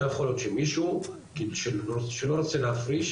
לא יכול להיות שמישהו שלא רוצה להפריש,